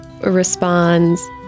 responds